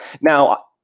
Now